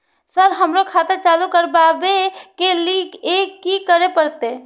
Sir हमरो खाता चालू करबाबे के ली ये की करें परते?